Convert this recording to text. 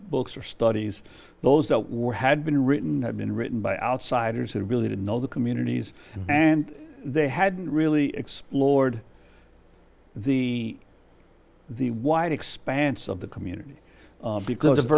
books or studies those that were had been written had been written by outsiders who really didn't know the communities and they hadn't really explored the the wide expanse of the community because